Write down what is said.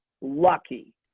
lucky